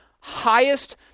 highest